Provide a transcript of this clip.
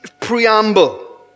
preamble